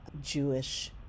Jewish